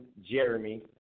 Jeremy